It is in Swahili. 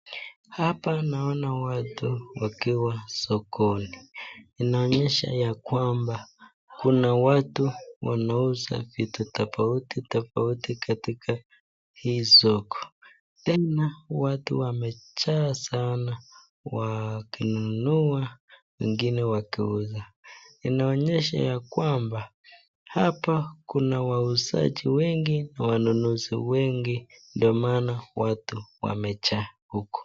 Hapa naona watu wakiwa sokoni, inaonyesha ya kwamba kunawatu wanauza vitu tafauti tafauti katika hii soko, tena watu wamejaa sana wakinunua wengine wakiuza. inaonyesha ya kwamba hapa kuna wauzaji wengi na wanunuzi wengi ndo maana watu wamejaa huko